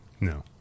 No